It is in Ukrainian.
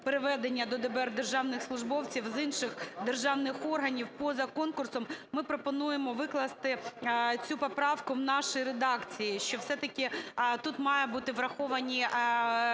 переведення до ДБР державних службовців з інших державних органів поза конкурсом ми пропонуємо викласти цю поправку в нашій редакції, що все-таки тут мають бути враховані